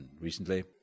recently